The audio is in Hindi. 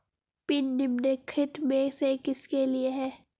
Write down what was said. पिन निम्नलिखित में से किसके लिए है?